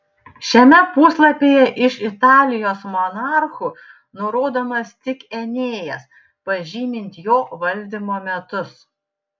šiame puslapyje iš italijos monarchų nurodomas tik enėjas pažymint jo valdymo metus